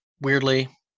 weirdly